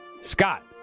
Scott